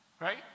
Right